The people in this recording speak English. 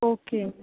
okay